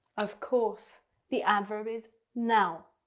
of course the adverb is now.